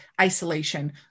isolation